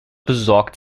besorgt